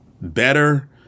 better